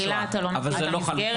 במחילה, אתה לא מדייק.